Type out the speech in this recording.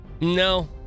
No